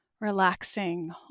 relaxing